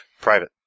private